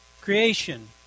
Creation